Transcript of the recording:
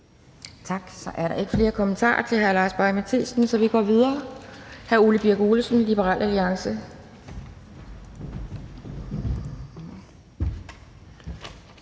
Tak. Der er ikke flere kommentarer til hr. Lars Boje Mathiesen, så vi går videre. Hr. Ole Birk Olesen, Liberal Alliance.